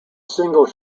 single